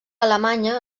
alemanya